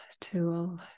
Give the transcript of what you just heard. tool